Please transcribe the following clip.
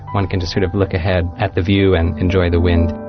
one can just sort of look ahead at the view and enjoy the wind.